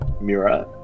Mira